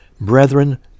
Brethren